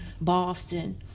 Boston